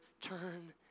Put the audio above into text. turn